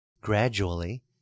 Gradually